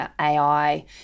AI